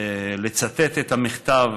לצטט את המכתב